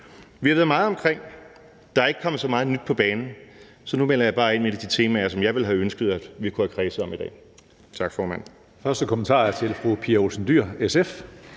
Vi har været meget omkring; der er ikke kommet så meget nyt på banen, så nu melder jeg bare ind med et af de temaer, som jeg ville have ønsket at vi kunne have kredset om i dag. Tak, formand. Kl. 16:19 Tredje næstformand